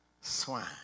swine